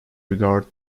regard